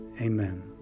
amen